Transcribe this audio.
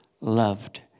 loved